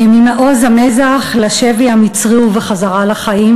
"ממעוז המזח לשבי המצרי ובחזרה לחיים",